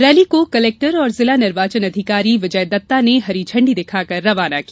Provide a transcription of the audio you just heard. rally को collector एवं जिला निर्वाचन अधिकारी विजय दत्ता ने हरी झंडी दिखाकर रवाना किया